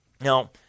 Now